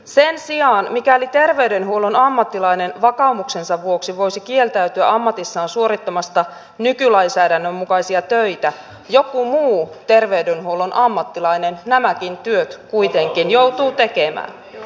sen sijaan mikäli terveydenhuollon ammattilainen vakaumuksensa vuoksi voisi kieltäytyä ammatissaan suorittamasta nykylainsäädännön mukaisia töitä joku muu terveydenhuollon ammattilainen nämäkin työt kuitenkin joutuu tekemään